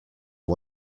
are